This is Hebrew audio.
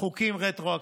חוקים רטרואקטיבית,